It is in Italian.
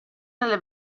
nelle